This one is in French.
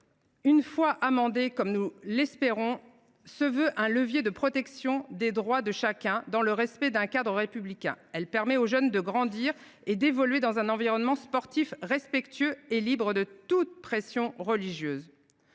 Une fois amendé comme nous l’espérons, ce texte constituera un levier de protection des droits de chacun dans le respect d’un cadre républicain, mes chers collègues. Il permettra aux jeunes de grandir et d’évoluer dans un environnement sportif respectueux et libre de toute pression religieuse.